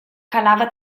calava